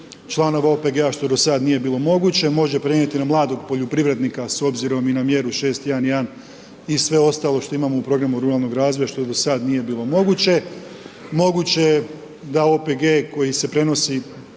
članova OPG-a što do sada nije bilo moguće, može prenijeti na mladog poljoprivrednika s obzirom i na mjeru 6.1.1. i sve ostalo što imamo u programu ruralnog razvoja, što do sada nije bilo moguće. Moguće da OPG koji se prenosi,